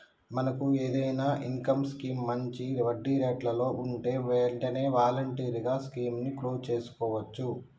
మనకు ఏదైనా income scheme మంచి వడ్డీ రేట్లలో ఉంటే వెంటనే వాలంటరీగా స్కీమ్ ని క్లోజ్ సేసుకోవచ్చు